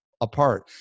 apart